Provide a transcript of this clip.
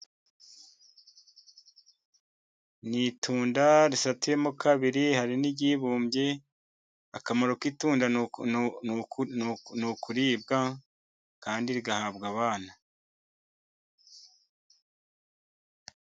Ni itunda risatuyemo kabiri, hari n'iryibumbye. Akamaro k'itunda ni ukuribwa, kandi rigahabwa abana.